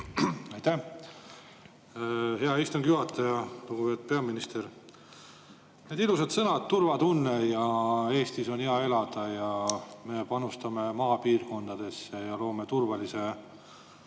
Aitäh, hea istungi juhataja! Lugupeetud peaminister! Need on ilusad sõnad: turvatunne ja Eestis on hea elada ja me panustame maapiirkondadesse ja loome turvalise